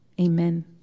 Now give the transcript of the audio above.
Amen